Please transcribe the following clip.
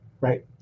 right